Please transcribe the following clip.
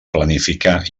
planificar